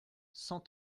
cent